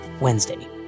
Wednesday